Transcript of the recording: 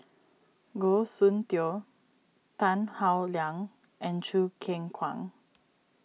Goh Soon Tioe Tan Howe Liang and Choo Keng Kwang